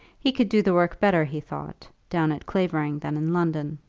he could do the work better, he thought, down at clavering than in london.